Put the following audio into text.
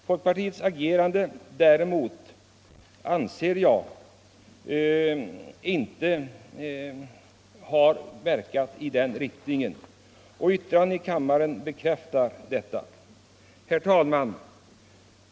Folkpartiets agerande anser jag däremot inte har verkat i den riktningen, och yttrandena i kammaren bekräftar detta. Herr talman!